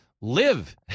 live